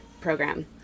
program